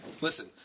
Listen